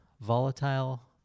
volatile